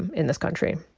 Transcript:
in this country.